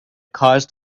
caused